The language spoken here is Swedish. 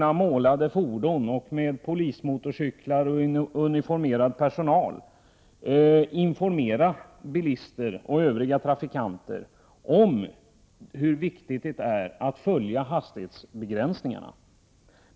Med målade fordon eller polismotorcyklar kommer uniformerad personal att informera bilister och övriga trafikanter om hur viktigt det är att man respekterar hastighetsbegränsningen.